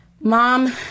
Mom